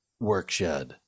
Workshed